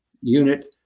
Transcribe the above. unit